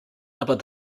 aber